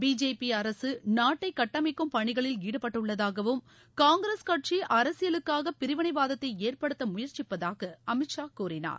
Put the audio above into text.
BJP அரசு நாட்டை கட்டமைக்கும் பணிகளில் ஈடுபட்டுள்ளதாகவும் காங்கிரஸ் கட்சி அரசியலுக்காக பிரிவினைவாதத்தை ஏற்படுத்த முயற்சிப்பதாக அமித் ஷா கூறினார்